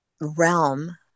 realm